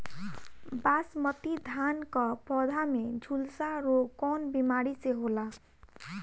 बासमती धान क पौधा में झुलसा रोग कौन बिमारी से होला?